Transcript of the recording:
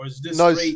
No